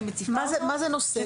מה זה נושא?